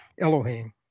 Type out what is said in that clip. Elohim